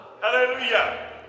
Hallelujah